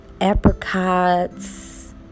Apricots